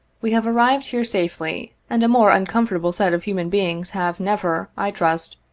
we have arrived here safely, and a more uncomfortable set of human beings have never, i trust,